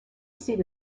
seat